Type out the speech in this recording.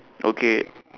okay